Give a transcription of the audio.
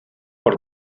por